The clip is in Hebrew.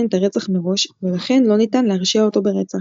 את הרצח מראש ולכן לא ניתן להרשיע אותו ברצח.